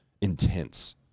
intense